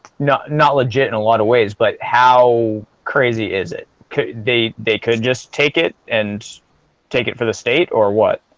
no not legit in a lot of ways, but how crazy is it they they could just take it and take it for the state or what?